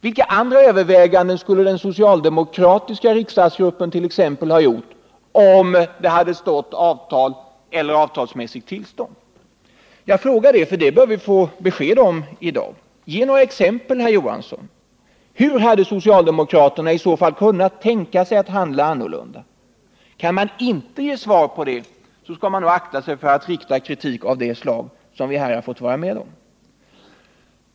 Vilka andra överväganden skulle den socialdemokratiska riksdagsgruppen ha gjort, om det hade stått ”avtal” eller ”avtalsmässigt tillstånd”? Jag frågar detta, för det bör vi få besked om i dag. Ge några exempel, herr Johansson! Hur hade socialdemokraterna i så fall handlat? Kan man inte ge ett svar på detta, så skall man nog akta sig för att framföra kritik av det slag som vi nu har fått ta del av.